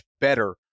better